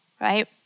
right